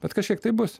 bet kažkiek tai bus